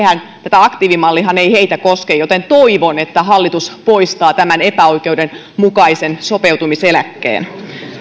tämä aktiivimallihan ei koske joten toivon että hallitus poistaa tämän epäoikeudenmukaisen sopeutumiseläkkeen